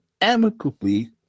amicably